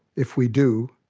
if we do,